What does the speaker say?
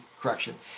correction